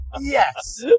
Yes